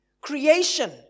Creation